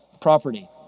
property